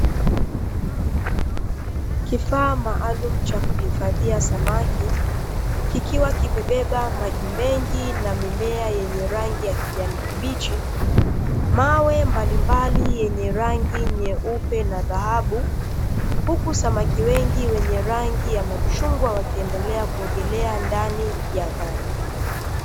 Kifaa maalumu cha kuhifadhia samaki kikiwa kimebeba maji mengi na mimea yenye rangi ya kijani kibichi, mawe mbalimbali yenye rangi nyeupe na dhahabu. Huku samaki wengi wenye rangi ya machungwa wakiendelea kuogelea ndani ya maji.